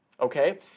Okay